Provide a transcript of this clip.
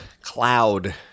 cloud